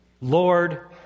Lord